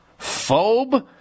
phobe